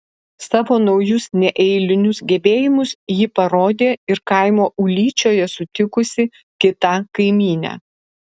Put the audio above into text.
savo naujus neeilinius gebėjimus ji parodė ir kaimo ūlyčioje sutikusi kitą kaimynę